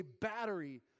battery